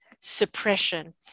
suppression